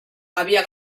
había